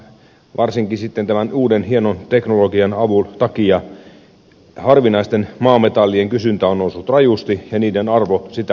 varsinkin sitten tämän uuden hienon teknologian avun takia harvinaisten maametallien kysyntä on noussut rajusti ja niiden arvo sitä mukaa